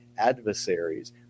adversaries